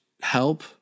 help